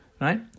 right